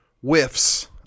whiffs